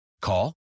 Call